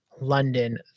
London